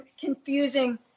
Confusing